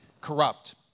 corrupt